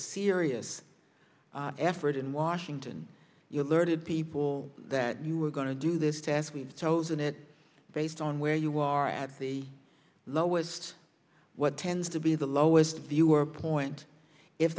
serious effort in washington you learned people that you were going to do this to as we've chosen it based on where you are at the lowest what tends to be the lowest viewer point if